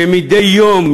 שמדי יום,